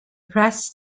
press